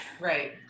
Right